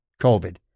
COVID